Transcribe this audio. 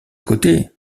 côté